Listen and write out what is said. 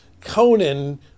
Conan